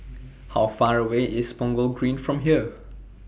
How Far away IS Punggol Green from here